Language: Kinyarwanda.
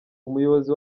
umuyobozi